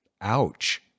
ouch